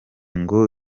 ngo